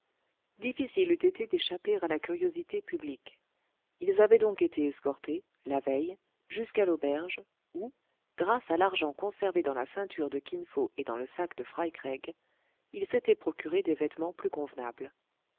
difficile eût été d'échapper à la curiosité publique ils avaient donc été escortés la veille jusqu'à l'auberge où grâce à l'argent conservé dans la ceinture de kin fo et dans le sac de fry craig ils s'étaient procuré des vêtements plus convenables